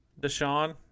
Deshaun